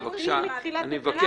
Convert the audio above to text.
--- אני מבקש.